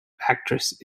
actress